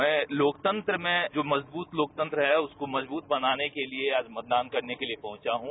मैं लोकतंत्र में जो मजबूत लोकतंत्र है उसको मजबूत बनाने के लिए आज मतदान करने पहुंचा हुँ